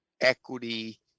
equity